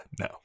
no